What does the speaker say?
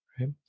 Right